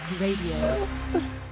Radio